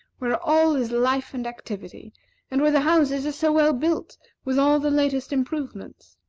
where all is life and activity and where the houses are so well built with all the latest improvements.